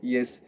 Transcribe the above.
Yes।